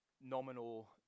nominal